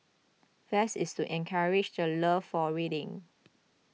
fest is to encourage the love for reading